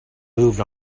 moved